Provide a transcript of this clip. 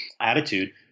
attitude